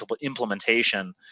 implementation